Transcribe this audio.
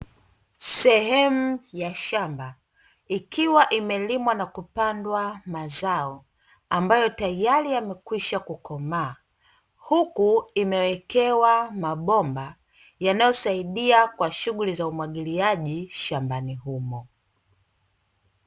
Sehemu ya shamba ikiwa imelimwa na kupandwa mazao ambayo tayari yamekwisha kukomaa, huku imewekewa mabomba yanayosaidia kwa shughuli za umwagiliaji shambani humo.